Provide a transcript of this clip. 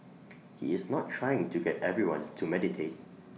he is not trying to get everyone to meditate